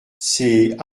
ses